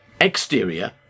Exterior